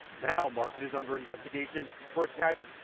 now martin is under investigation for attacking,